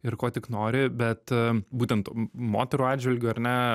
ir ko tik nori bet būtent m moterų atžvilgiu ar ne